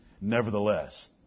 Nevertheless